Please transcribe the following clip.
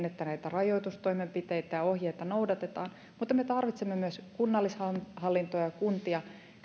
että näitä rajoitustoimenpiteitä ja ohjeita noudatetaan mutta me tarvitsemme myös kunnallishallintoa ja kuntia